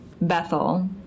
Bethel